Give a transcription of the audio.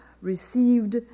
received